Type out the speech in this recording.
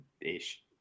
Ish